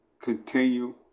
continue